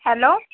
hello